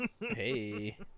Hey